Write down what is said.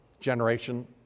generation